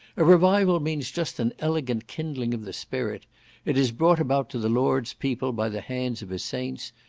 a revival means just an elegant kindling of the spirit it is brought about to the lord's people by the hands of his saints,